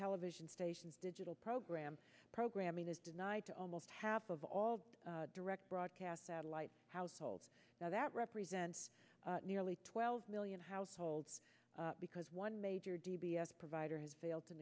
television stations digital program programming is denied to almost half of all direct broadcast satellite households now that represents nearly twelve million households because one major d b s provider has failed to